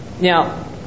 Now